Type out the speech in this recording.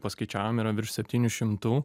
paskaičiavom yra virš septynių šimtų